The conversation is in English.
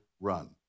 run